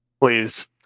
Please